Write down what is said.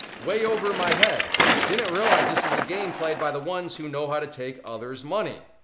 way over my head. didn't realize this is a game played by the ones who know how to take others money.